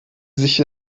sich